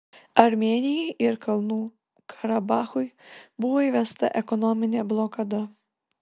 armėnijai ir kalnų karabachui buvo įvesta ekonominė blokada